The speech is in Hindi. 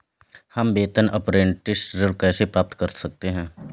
हम वेतन अपरेंटिस ऋण कैसे प्राप्त कर सकते हैं?